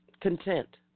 content